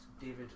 David